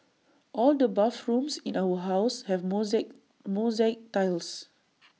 all the bathrooms in our house have mosaic mosaic tiles